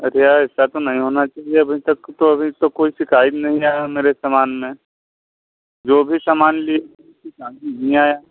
अरे यार ऐसा तो नहीं होना चाहिए अभी तक तो कोई शिकायत नहीं आया मेरे सामान में जो भी सामान लिया है